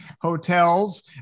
hotels